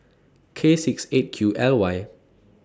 K six eight Q L Y